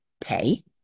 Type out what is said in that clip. pay